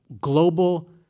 global